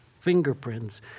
fingerprints